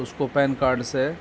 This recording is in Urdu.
اس کو پین کارڈ سے